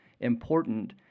important